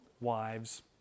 wives